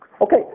Okay